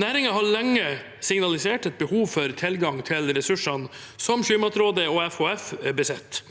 Næringen har lenge signalisert et behov for tilgang til ressursene som Sjømatrådet og FHF besitter,